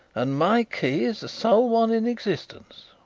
and my key is the sole one in existence.